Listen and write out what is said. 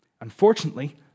Unfortunately